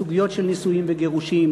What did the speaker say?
בסוגיות של נישואין וגירושין,